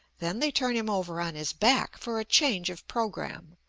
then they turn him over on his back for a change of programme.